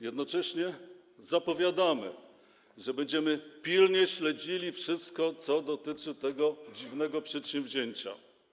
Jednocześnie zapowiadamy, że będziemy pilnie śledzili wszystko, co dotyczy tego dziwnego przedsięwzięcia.